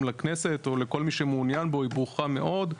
לכנסת או לכל מי שמעוניין בו היא ברוכה מאוד,